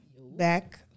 back